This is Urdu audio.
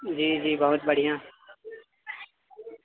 جی جی بہت بڑھیا